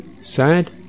sad